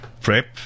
PrEP